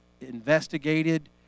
investigated